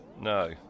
No